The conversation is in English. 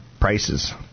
prices